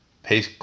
Pay